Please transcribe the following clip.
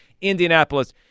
Indianapolis